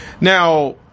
Now